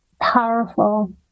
powerful